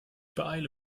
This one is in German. beeile